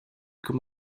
com